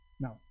Now